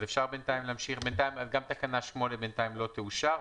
אז גם תקנה 8 בינתיים לא תאושר,